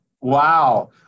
Wow